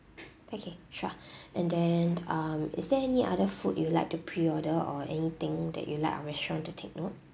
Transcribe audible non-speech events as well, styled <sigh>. okay sure <breath> and then um is there any other food you would like to pre order or anything that you would like our restaurant to take note